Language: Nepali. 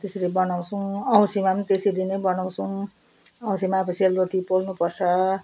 हो त्यसरी बनाउँछु औँसीमा पनि त्यसरी नै बनाउँछौँ औँसीमा अब सेलरोटी पोल्नु पर्छ